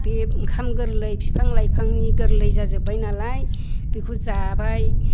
बे ओंखाम गोरलै बिफां लाइफांनि गोरलै जाजोब्बाय नालाय बेखौ जाबाय